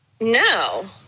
No